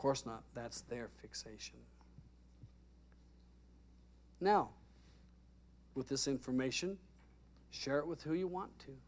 course not that's their fixate now with this information share it with who you want to